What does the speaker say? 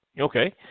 okay